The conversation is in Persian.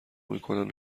میکنن